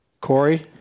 Corey